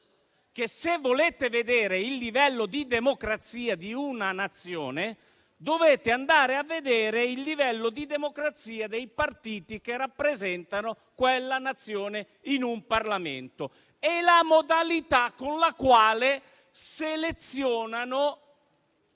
che, se vogliono vedere il livello di democrazia di una Nazione, dobbiamo andare a vedere il livello di democrazia dei partiti che rappresentano quella Nazione in un Parlamento e la modalità con la quale selezionano